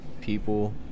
people